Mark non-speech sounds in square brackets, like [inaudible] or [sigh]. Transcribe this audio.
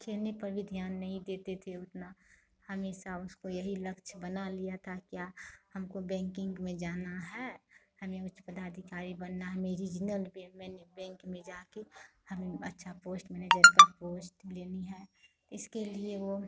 खेलने पर भी ध्यान नहीं देते थे उतना हमेशा उसको यही लक्ष्य बना लिया था क्या हमको बैंकिन्ग में जाना है हमें उच्च पदाधिकारी बनना है [unintelligible] बैंक में जाकर हमें अच्छा पोस्ट मैनेजर का पोस्ट लेना है इसके लिए वह